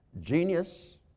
Genius